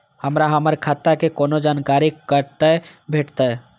हमरा हमर खाता के कोनो जानकारी कतै भेटतै?